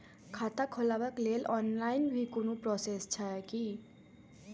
खाता खोलाबक लेल ऑनलाईन भी कोनो प्रोसेस छै की?